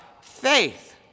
faith